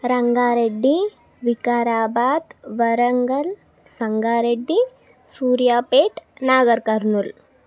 Rangareddy Vikarabad Warangal Sangareddy Suryapet Nagar Kurnool